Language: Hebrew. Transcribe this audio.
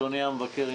אדוני המבקר,